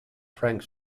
frank